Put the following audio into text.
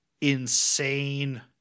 insane